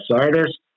artists